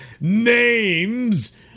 names